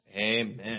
amen